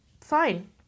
Fine